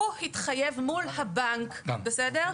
הוא התחייב מול הבנק, בסדר?